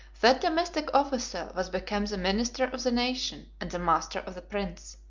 that domestic officer was become the minister of the nation and the master of the prince.